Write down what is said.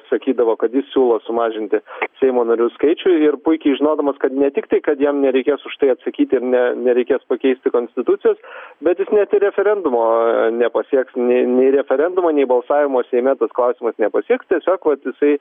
sakydavo kad jis siūlo sumažinti seimo narių skaičių ir puikiai žinodamas kad ne tiktai kad jam nereikės už tai atsakyti ne nereikės keisti konstitucijos bet jis net ir referendumo nepasieks nei referendumo nei balsavimo seime tas klausimas nepasieks tiesiog vat jisai